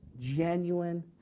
Genuine